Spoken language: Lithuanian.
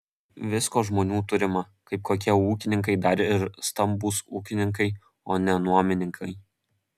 visko žmonių turima kaip kokie ūkininkai dar ir stambūs ūkininkai o ne nuomininkai